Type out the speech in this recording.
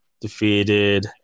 defeated